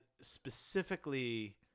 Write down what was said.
specifically